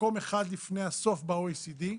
מקום אחד לפני הסוף ב-OECD,